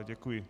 Děkuji.